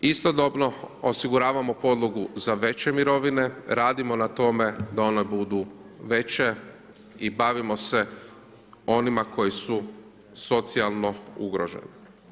Istodobno, osiguravamo podlogu za veće mirovine, radimo na tome da one budu veće i bavimo se onima koji su socijalno ugroženi.